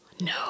No